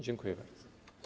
Dziękuję bardzo.